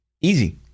Easy